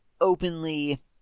openly